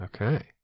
Okay